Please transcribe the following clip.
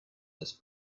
this